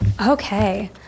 Okay